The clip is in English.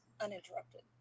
uninterrupted